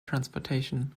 transportation